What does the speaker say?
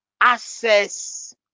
access